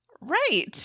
right